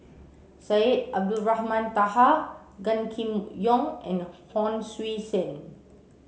Syed Abdulrahman Taha Gan Kim Yong and Hon Sui Sen